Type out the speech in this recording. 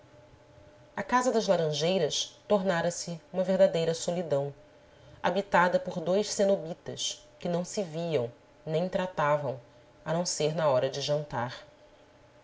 a casa das laranjeiras tornara-se uma verdadeira solidão habitada por dois cenobitas que não se viam nem tratavam a não ser na hora de jantar